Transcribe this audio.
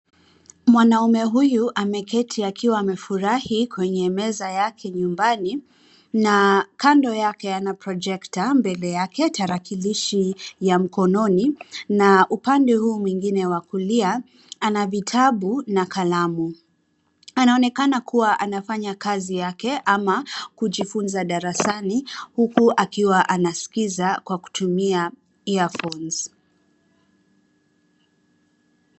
Mwanaume huyu ameketi akiwa amefurahi kwenye meza yake nyumbani na kando yake ana projector mbele yake, tarakilishi ya mkononi na upande huu mwingine wa kulia ana vitabu na kalamu. Anaonekana kuwa anafanya kazi ama kujifunza darasani huku akiwa anasikiza kwa kutumia earphones .